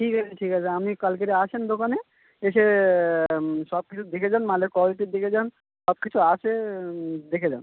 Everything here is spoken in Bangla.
ঠিক আছে ঠিক আছে আপনি কালকেরে আসেন দোকানে এসে সব কিছু দেখে যান মালের কোয়ালিটি দেখে যান সব কিছু আছে দেখে যান